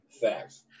Facts